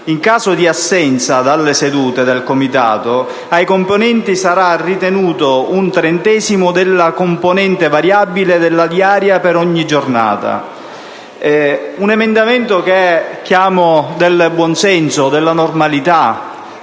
In caso di assenza dalle sedute del Comitato ai componenti sarà ritenuto un trentesimo della componente variabile della diaria per ogni giornata». È un emendamento che definisco del buonsenso e della normalità: